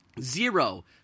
Zero